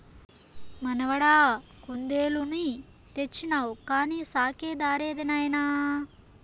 మనవడా కుందేలుని తెచ్చినావు కానీ సాకే దారేది నాయనా